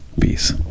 peace